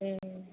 ம்